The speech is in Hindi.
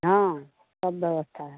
हाँ सब व्यवस्था है